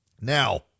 Now